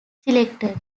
selected